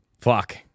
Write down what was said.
fuck